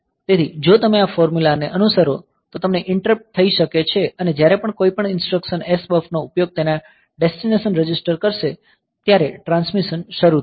તેથી જો તમે આ ફોર્મ્યુલા ને અનુસરો તો તમને ઈંટરપ્ટ થઈ શકે છે અને જ્યારે પણ કોઈપણ ઇન્સ્ટ્રક્સન SBUF નો ઉપયોગ તેના ડેસ્ટિનેશન રજિસ્ટર કરશે ત્યારે ટ્રાન્સમિશન શરૂ થશે